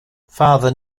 father